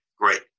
Great